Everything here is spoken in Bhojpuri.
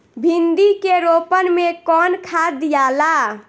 भिंदी के रोपन मे कौन खाद दियाला?